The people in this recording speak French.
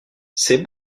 c’est